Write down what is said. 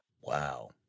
Wow